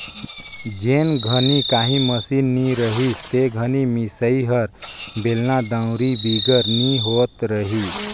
जेन घनी काही मसीन नी रहिस ते घनी मिसई हर बेलना, दउंरी बिगर नी होवत रहिस